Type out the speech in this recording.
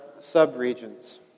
subregions